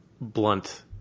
blunt